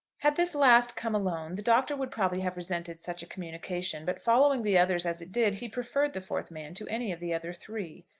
had this last come alone, the doctor would probably have resented such a communication but following the others as it did, he preferred the fourth man to any of the other three.